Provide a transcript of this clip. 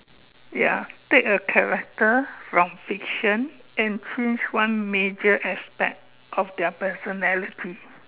ya take a character from fiction and change one major aspect of their personality